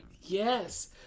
Yes